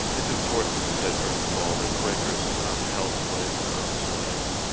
it's important to say first of all that quakers um held slaves and owned slaves,